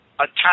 attack